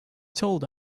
told